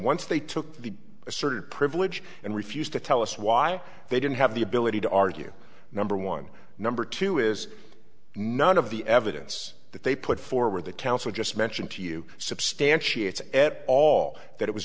once they took the asserted privilege and refused to tell us why they didn't have the ability to argue number one number two is none of the evidence that they put forward the counsel just mentioned to you substantiates at all that it was